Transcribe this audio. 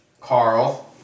Carl